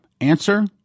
Answer